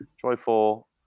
joyful